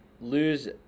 Lose